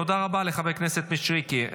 תודה רבה לחבר הכנסת מישרקי.